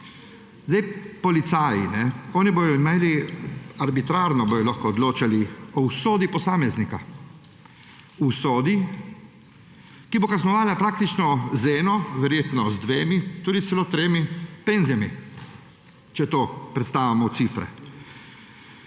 Policaji, oni bodo arbitrarno lahko odločali o usodi posameznika, usodi, ki bo kaznovala praktično z eno, verjetno z dvema, tudi celo tremi penzijami, če to prestavimo v cifre,